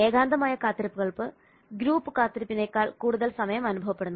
ഏകാന്തമായ കാത്തിരിപ്പുകൾക്ക് ഗ്രൂപ്പ് കാത്തിരിപ്പിനേക്കാൾ കൂടുതൽ സമയം അനുഭവപ്പെടുന്നു